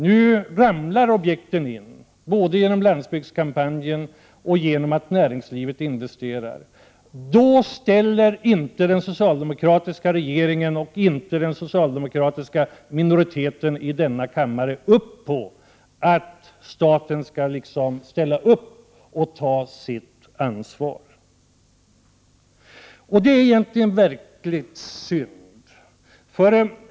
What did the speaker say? Nu ramlar objekten in både genom landsbygdskampanjen och genom att näringslivet investerar. Då ställer inte den socialdemokratiska regeringen och den socialdemokratiska minoriteten i denna kammare upp på att staten skall ta sitt ansvar. Det är egentligen verkligt synd.